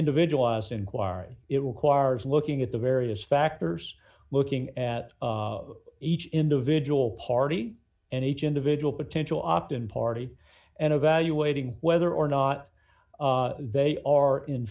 individual inquiry it requires looking at the various factors looking at each individual party and each individual potential opt in party and evaluating whether or not they are in